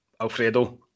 Alfredo